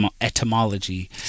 etymology